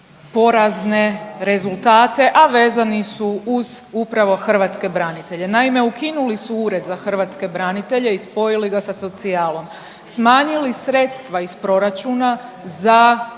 porazne rezultate a vezani su uz upravo hrvatske branitelje. Naime ukinuli su Ured za hrvatske branitelje i spojili ga sa socijalom. Smanjili sredstva iz proračuna za